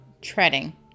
treading